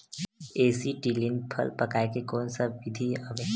Acetylene फल पकाय के कोन सा विधि आवे?